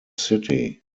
city